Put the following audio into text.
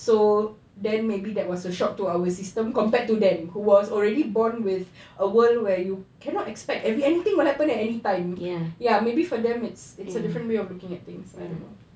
so then maybe that was a shock to our system compared to them who was already born with a world where you cannot expect anything will happen at any time ya maybe for them it's a different way of looking at things I don't know